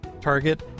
target